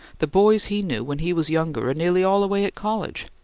the boys he knew when he was younger are nearly all away at college.